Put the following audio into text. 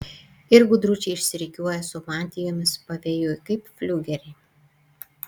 ir gudručiai išsirikiuoja su mantijomis pavėjui kaip fliugeriai